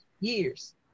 years